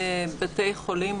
בתי חולים.